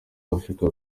africa